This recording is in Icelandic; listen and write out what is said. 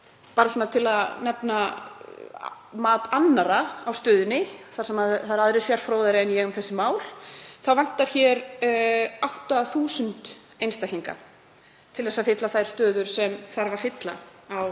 bara til að nefna mat annarra á stöðunni þar sem það eru aðrir sérfróðari en ég um þessi mál, þá vantar hér um 8.000 einstaklinga til þess að fylla þær stöður sem þarf að fylla á